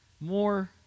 more